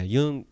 Yung